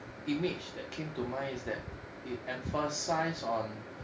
image that came to mind is that it emphasise on